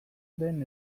den